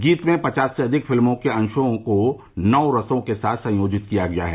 गीत में पचास से अधिक फिल्मों के अंशों को नौ रसों के साथ संयोजित किया गया है